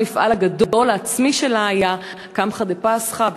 המפעל הגדול העצמי שלה היה קמחא דפסחא,